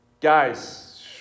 guys